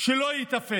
שהוא לא ייתפס,